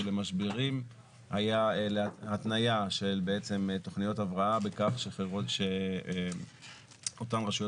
למשברים היה התניה של תוכנות הבראה בכך שאותן רשויות